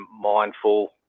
mindful